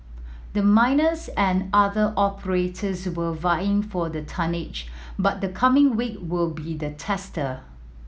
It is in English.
the miners and other operators were vying for the tonnage but the coming week will be the tester